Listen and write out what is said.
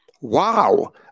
Wow